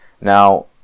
Now